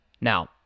Now